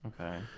Okay